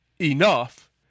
enough